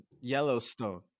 Yellowstone